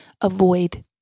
avoid